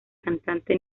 cantante